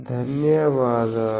ధన్యవాదాలు